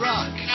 Rock